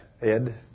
Ed